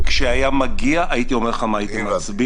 כשהיה מגיע, הייתי אומר לך מה הייתי מצביע.